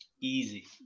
easy